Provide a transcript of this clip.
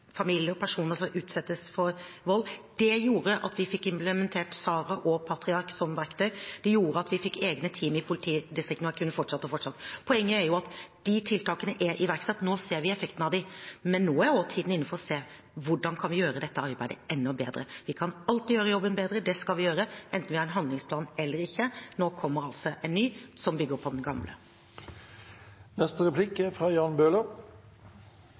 familier og personer som utsettes for vold. Det gjorde at vi fikk implementert SARA og PATRIARK som verktøy. Det gjorde at vi fikk egne team i politidistriktene. Jeg kunne fortsatt og fortsatt. Poenget er at disse tiltakene er iverksatt. Nå ser vi effekten av dem. Men nå er også tiden inne for å se på hvordan vi kan gjøre dette arbeidet enda bedre. Vi kan alltid gjøre jobben bedre, og det skal vi gjøre, enten vi har en handlingsplan eller ikke. Nå kommer altså en ny, som bygger på den